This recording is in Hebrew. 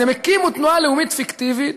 אז הם הקימו תנועה לאומית פיקטיבית